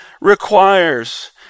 requires